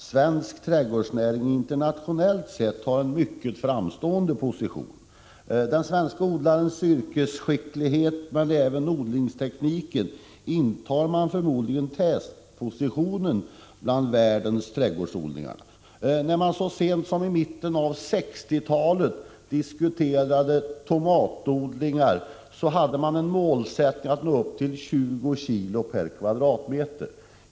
Herr talman! Med anledning av vad som här har framförts och yrkandena om bifall till reservationerna i jordbruksutskottets betänkande finns det kanske skäl att påpeka att svensk trädgårdsnäring internationellt sett har en mycket framstående position. Med den svenske odlarens yrkesskicklighet men även med odlingstekniken intar vi förmodligen tätpositionen bland världens trädgårdsodlare. När man så sent som på 1960-talet diskuterade tomatodlingar var målsättningen att man skulle uppnå en produktion av 20 kilo per kvadratmeter.